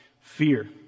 fear